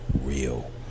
real